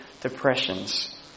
depressions